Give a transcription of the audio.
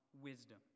wisdom